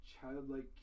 childlike